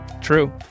True